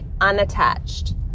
unattached